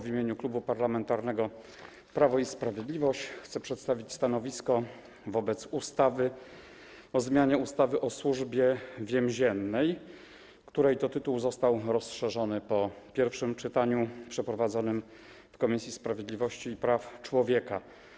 W imieniu Klubu Parlamentarnego Prawo i Sprawiedliwość chcę przedstawić stanowisko wobec projektu ustawy o zmianie ustawy o Służbie Więziennej, którego tytuł został rozszerzony po pierwszym czytaniu przeprowadzonym w Komisji Sprawiedliwości i Praw Człowieka.